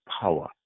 power